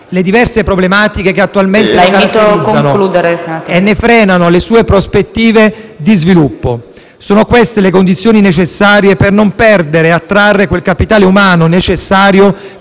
le diverse problematiche che attualmente lo caratterizzano e ne frenano le sue prospettive di sviluppo. Sono queste le condizioni necessarie per non perdere e attrarre quel capitale umano necessario